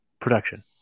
Production